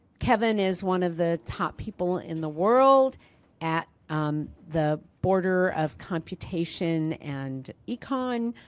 kevin is one of the top people in the world at um the border of computation and econ.